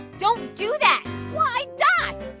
don't do that! why dot?